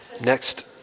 Next